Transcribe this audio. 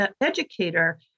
educator